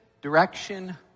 direction